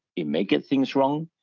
it may get things wrong,